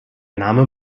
name